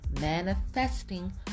manifesting